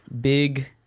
big